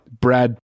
Brad